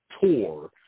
tour